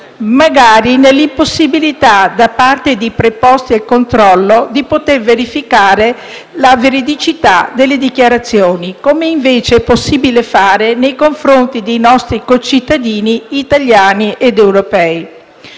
magari nell'impossibilità, da parte dei preposti al controllo, di verificare la veridicità delle dichiarazioni, come invece è possibile fare nei confronti dei nostri concittadini italiani ed europei.